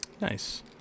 Nice